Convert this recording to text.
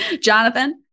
Jonathan